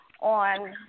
on